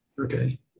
Okay